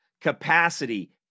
capacity